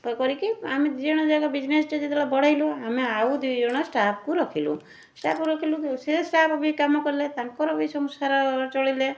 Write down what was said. କରିକି ଆମେ ଦୁଇଜଣ ଯାକ ବିଜନେସଟା ଯେତେବେଳେ ବଢ଼େଇଲୁ ଆମେ ଆଉ ଦୁଇଜଣ ଷ୍ଟାଫ୍ଙ୍କୁ ରଖିଲୁ ଷ୍ଟାଫ୍ ରଖିଲୁ ସେ ଷ୍ଟାଫ୍ ବି କାମ କଲେ ତାଙ୍କର ବି ସଂସାର ଚଳିଲେ